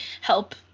help